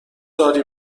داری